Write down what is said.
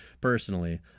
personally